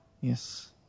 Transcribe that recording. Yes